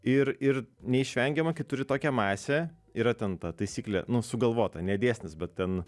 ir ir neišvengiama kai turi tokią masę yra ten ta taisyklė nu sugalvota ne dėsnis bet ten